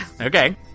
Okay